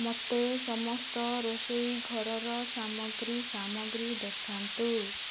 ମୋତେ ସମସ୍ତ ରୋଷେଇଘରର ସାମଗ୍ରୀ ସାମଗ୍ରୀ ଦେଖାନ୍ତୁ